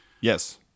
Yes